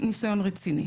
ניסיון רציני,